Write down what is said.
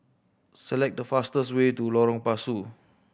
select the fastest way to Lorong Pasu